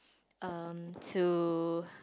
um to